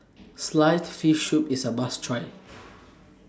Sliced Fish Soup IS A must Try